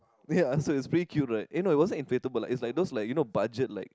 ya so it's pretty cute right eh no it wasn't inflatable it's like those like you know budget like